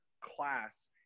class